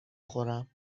خورم